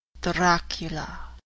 Dracula